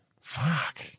Fuck